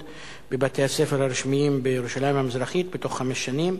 בבתי-הספר הרשמיים בירושלים המזרחית בתוך חמש שנים?